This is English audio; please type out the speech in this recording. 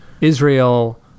Israel